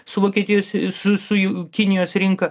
su vokietijos su su kinijos rinka